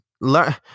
learn